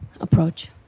approach